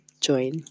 join